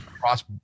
cross